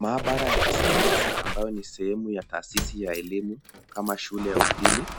Maabara ya kisayansi ambayo ni sehemu ya taasisi ya elimu kama shule ya upili.